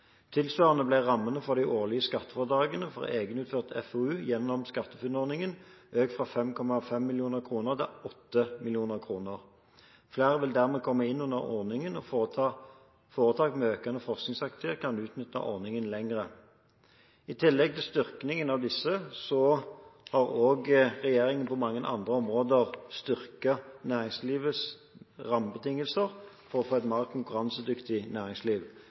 Tilsvarende ble rammene for de årlige skattefradragene for egenutført FoU gjennom SkatteFUNN-ordningen økt fra 5,5 mill. kr til 8 mill. kr. Flere vil dermed komme inn under ordningen, og foretak med økende forskningsaktivitet kan utnytte ordningen lenger. I tillegg til styrkingen av disse har regjeringen også på mange andre områder styrket næringslivets rammebetingelser for å få et mer konkurransedyktig næringsliv.